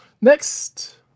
Next